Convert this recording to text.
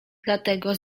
dlatego